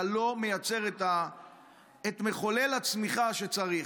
אתה לא מייצר את מחולל הצמיחה שצריך.